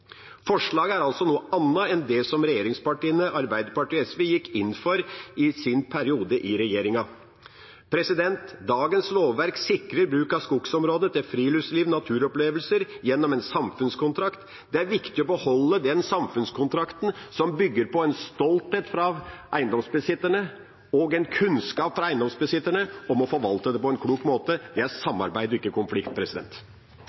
Forslaget er altså noe annet enn det som regjeringspartiene, med Arbeiderpartiet og SV, gikk inn for i sin periode i regjering. Dagens lovverk sikrer bruk av skogsområder til friluftsliv og naturopplevelser gjennom en samfunnskontrakt. Det er viktig å beholde den samfunnskontrakten, som bygger på en stolthet og en kunnskap fra eiendomsbesitternes side om å forvalte på en klok måte.